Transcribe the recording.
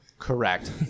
Correct